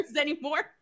anymore